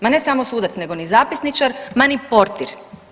Ma ne samo sudac, nego ni zapisničar, ma ni portir.